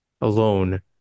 alone